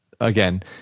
again